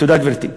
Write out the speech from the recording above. תודה, גברתי.